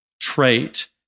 trait